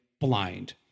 blind